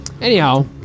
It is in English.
Anyhow